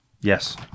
yes